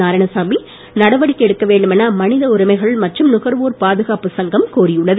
நாரயாணசாமி நடவடிக்கை எடுக்க வேண்டும் என மனித உரிமைகள் மற்றும் நுகர்வோர் பாதுகாப்பு சங்கம் கோரியுள்ளது